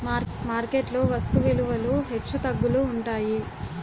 market లో వస్తు విలువలు హెచ్చుతగ్గులు ఉంటాయి